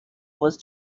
was